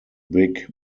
big